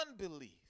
unbelief